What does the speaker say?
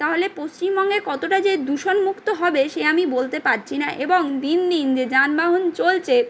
তাহলে পশ্চিমবঙ্গের কতটা যে দূষণমুক্ত হবে সে আমি বলতে পারছি না এবং দিন দিন যে যানবাহন চলছে